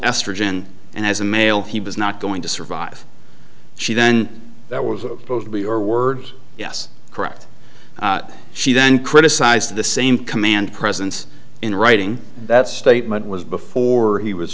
estrogen and as a male he was not going to survive she then that was supposed to be your word yes correct she then criticized the same command presence in writing that statement was before he was